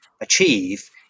achieve